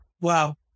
Wow